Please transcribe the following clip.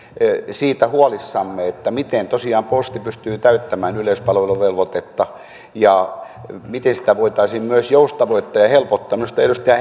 siitä huolissamme miten tosiaan posti pystyy täyttämään yleispalveluvelvoitetta ja miten sitä voitaisiin myös joustavoittaa ja helpottaa minusta edustaja